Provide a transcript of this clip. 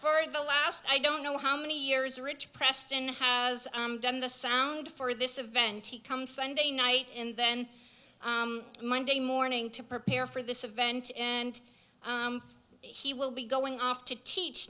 for the last i don't know how many years rich preston has done the sound for this event he come sunday night and then monday morning to prepare for this event and he will be going off to teach